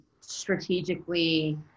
strategically